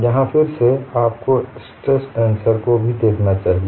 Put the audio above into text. यहाँ फिर से आपको स्ट्रेस टेंसर को भी देखना चाहिए